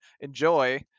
enjoy